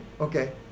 Okay